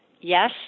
yes